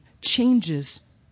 changes